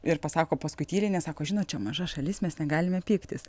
ir pasako paskui tyliai nes sako žinot čia maža šalis mes negalime pyktis